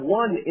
one